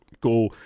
go